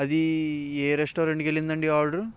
అది ఏ రెస్టారెంట్కి వెళ్ళిందండి ఆర్డర్